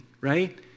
right